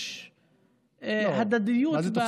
יש הדדיות ביחסים.